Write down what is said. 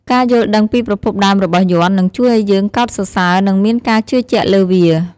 ការយល់ដឹងពីប្រភពដើមរបស់យ័ន្ត នឹងជួយឱ្យយើងកោតសរសើ និងមានការជឿជាក់លើវា។